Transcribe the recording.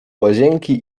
łazienki